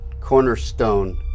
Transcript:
cornerstone